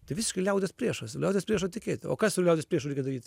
tai visiškai liaudies priešas liaudies priešo etiketė o ką su liaudies priešu reikia daryt